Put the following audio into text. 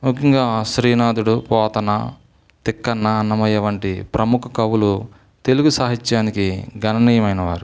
ముఖ్యంగా శ్రీనాథుడు పోతన తిక్కన్న అన్నమయ్య వంటి ప్రముఖ కవులు తెలుగు సాహిత్యానికి గణనీయమైన వారు